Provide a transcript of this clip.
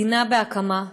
מדינה בהקמה,